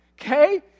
Okay